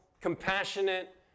compassionate